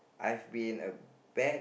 I've been a bad